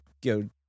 go